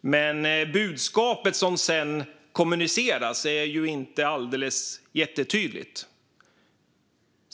Men budskapet som sedan kommuniceras är ju inte jättetydligt.